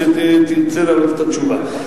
כשתרצה לענות את התשובה.